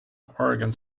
organ